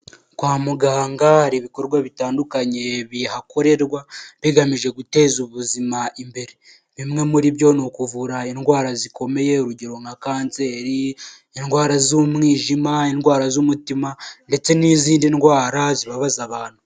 Kwa muganga hari ibikorwa bitandukanye bihakorerwa bigamije guteza ubuzima imbere, bimwe muri byo ni uku kuvura indwara zikomeye urugero nka kanseri, indwara z'umwijima, indwara z'umutima ndetse n'izindi ndwara zibabaza abantu.